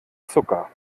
zucker